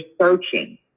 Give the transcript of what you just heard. searching